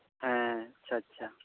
ᱦᱮ ᱟᱪᱪᱷᱟ ᱟᱪᱪᱷᱟ